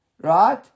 right